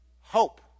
hope